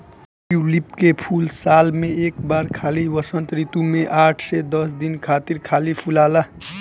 tulip के फूल साल में एक बार खाली वसंत ऋतू में आठ से दस दिन खातिर खाली फुलाला